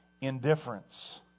indifference